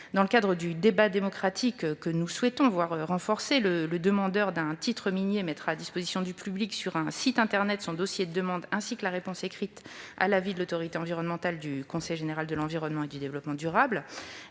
Dans le cadre du débat démocratique que nous souhaitons voir renforcé, le demandeur d'un titre minier mettra à disposition du public sur un site internet son dossier de demande, ainsi que la réponse écrite à l'avis de l'autorité environnementale du Conseil général de l'environnement et du développement durable